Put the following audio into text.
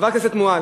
חברת הכנסת מועלם,